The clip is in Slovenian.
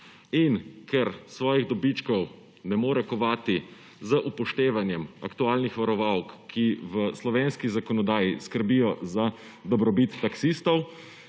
in ker svojih dobičkov ne more kovati z upoštevanjem aktualnih varovalk, ki v slovenski zakonodaji skrbijo za dobrobit taksistov